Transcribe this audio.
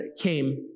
came